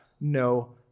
no